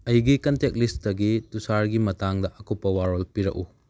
ꯑꯩꯒꯤ ꯀꯟꯇꯦꯛ ꯂꯤꯁꯇꯒꯤ ꯇꯨꯁꯥꯔꯒꯤ ꯃꯇꯥꯡꯗ ꯑꯀꯨꯞꯄ ꯋꯥꯔꯣꯜ ꯄꯤꯔꯛꯎ